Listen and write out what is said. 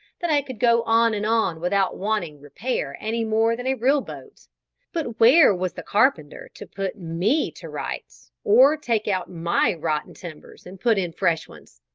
that i could go on and on without wanting repair any more than a real boat but where was the carpenter to put me to rights, or take out my rotten timbers and put in fresh ones.